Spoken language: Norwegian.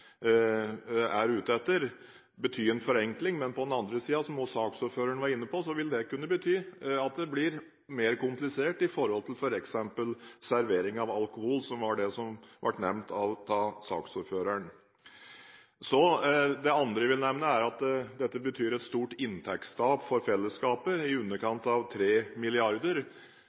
saksordføreren var inne på, vil det kunne bety at det blir mer komplisert i forhold til f.eks. servering av alkohol – som var det som ble nevnt av saksordføreren. Det andre jeg vil nevne, er at dette betyr et stort inntektstap for fellesskapet – i underkant av